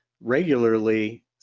regularly